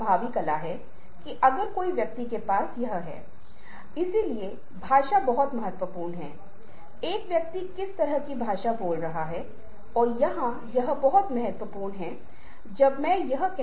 हालाँकि हम इस पर विस्तार से चर्चा नहीं करेंगे इसे साझा करना अच्छा है और आप इसे हमेशा देख सकते हैं और अशाब्दिक संचार की आकर्षक दुनिया का पता लगा सकते हैं जहाँ कई अन्य दिलचस्प अवधारणाएँ मौजूद हैं